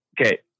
Okay